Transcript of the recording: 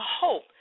hope